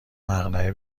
مقنعه